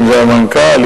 אם המנכ"ל,